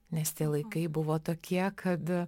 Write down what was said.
nes tie laikai buvo tokie kad